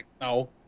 no